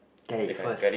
get it first